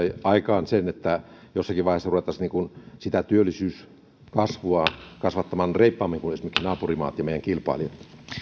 aikaan sen että jossakin vaiheessa ruvettaisiin sitä työllisyyskasvua kasvattamaan reippaammin kuin esimerkiksi naapurimaat ja meidän kilpailijat